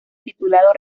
titulado